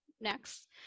next